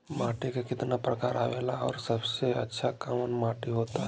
माटी के कितना प्रकार आवेला और सबसे अच्छा कवन माटी होता?